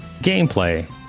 Gameplay